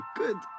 good